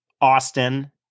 Austin